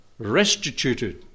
restituted